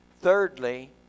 thirdly